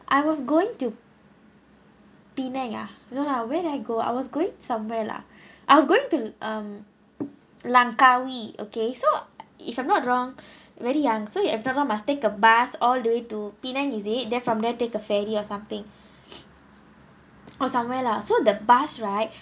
I was going to penang ah no lah where did I go I was going somewhere lah I was going to um langkawi okay so if I'm not wrong very young so I'm not wrong must take a bus all the way to penang is it then from there take a ferry or something or somewhere lah so the bus right